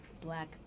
Black